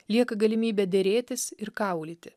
lieka galimybė derėtis ir kaulyti